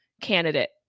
candidate